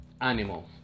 animal